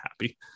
happy